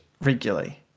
regularly